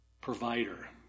provider